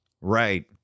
Right